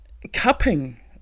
cupping